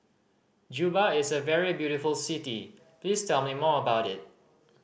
Juba is a very beautiful city please tell me more about it